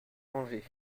angers